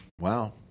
Wow